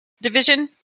division